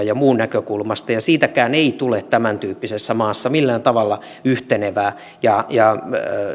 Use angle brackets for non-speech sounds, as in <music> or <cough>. <unintelligible> ja ja muun näkökulmasta ja siitäkään ei tule tämäntyyppisessä maassa millään tavalla yhtenevää